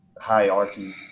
hierarchy